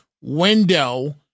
window